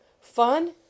Fun